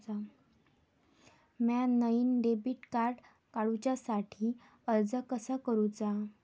म्या नईन debit card काडुच्या साठी अर्ज कसा करूचा?